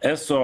eso